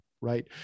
right